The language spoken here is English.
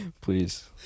please